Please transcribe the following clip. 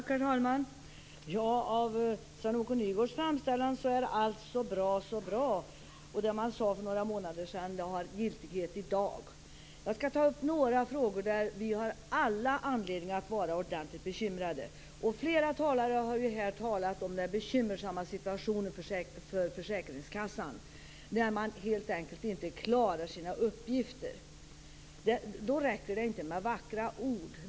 Herr talman! Av Sven-Åke Nygårds framställan att döma är allt så bra, så bra, och det man sade för några månader sedan har giltighet även i dag. Jag skall ta upp några frågor där vi har all anledning att vara ordentligt bekymrade. Flera talare har tagit upp den bekymmersamma situationen för försäkringskassan, att man helt enkelt inte klarar sina uppgifter. Då räcker det inte med vackra ord.